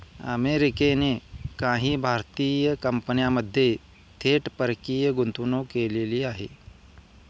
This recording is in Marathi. अमेरिकेने काही भारतीय कंपन्यांमध्ये थेट परकीय गुंतवणूक केलेली आहे